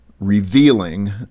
revealing